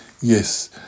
yes